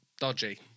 dodgy